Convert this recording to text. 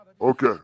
Okay